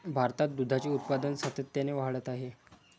भारतात दुधाचे उत्पादन सातत्याने वाढत आहे